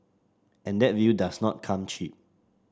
and that view does not come cheap